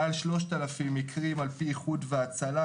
מעל 3,000 מקרים על פי איחוד והצלה,